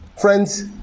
Friends